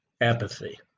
apathy